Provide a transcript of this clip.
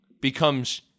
becomes